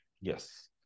Yes